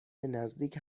نزدیک